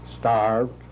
Starved